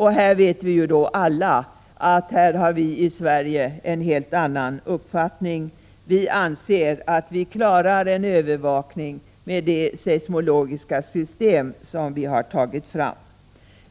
Alla vet att vi här i Sverige har en helt annan uppfattning, nämligen att vi klarar en övervakning med det seismologiska system som vi har tagit fram.